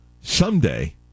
someday